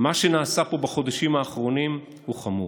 מה שנעשה פה בחודשים האחרונים הוא חמור.